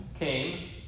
came